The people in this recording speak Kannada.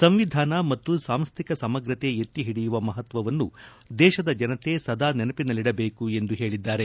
ಸಂವಿಧಾನ ಮತ್ತು ಸಾಂಶ್ಕಿಕ ಸಮಗ್ರತೆ ಎತ್ತಿ ಓಡಿಯುವ ಮಹತ್ವವನ್ನು ದೇಶದ ಜನತೆ ಸದಾ ನೆನಪಿನಲ್ಲಿಡಬೇಕು ಎಂದು ಹೇಳಿದ್ದಾರೆ